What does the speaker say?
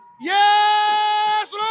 Yes